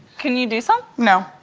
can you do something no